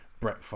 Brett